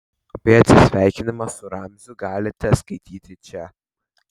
apie atsisveikinimą su ramziu galite skaityti čia